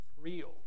real